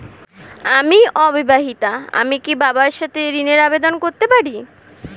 আমি অবিবাহিতা আমি কি বাবার সাথে ঋণের আবেদন করতে পারি?